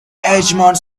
edgemont